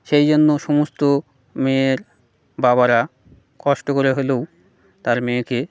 সেই জন্য সমস্ত মেয়ের বাবারা কষ্ট করে হলেও তার মেয়েকে